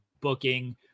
booking